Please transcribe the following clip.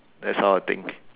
that's how I think